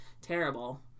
terrible